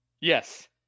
Yes